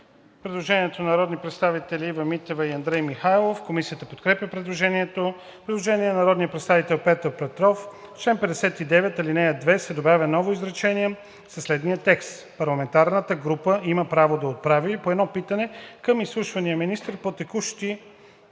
предложение от народните представители Ива Митева и Андрей Михайлов. Комисията подкрепя предложението. Предложение на народния представител Петър Петров: „В чл. 59, ал. 2 се добавя ново изречение със следния текст: „Парламентарната група има право да отправя и по едно питане към изслушвания министър по текущия